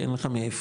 כי אין לך מאיפה.